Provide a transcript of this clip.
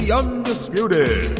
undisputed